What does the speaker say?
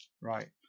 Right